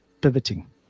pivoting